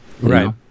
Right